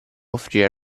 offrire